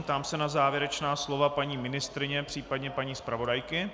Ptám se na závěrečná slova paní ministryně, případně paní zpravodajky.